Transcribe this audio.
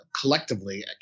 collectively